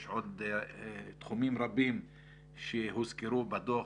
יש עוד תחומים רבים שהוזכרו בדוח,